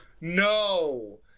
No